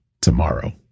tomorrow